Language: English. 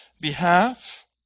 behalf